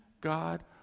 god